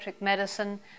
Medicine